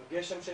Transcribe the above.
הגשם,